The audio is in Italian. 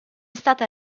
stata